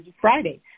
Friday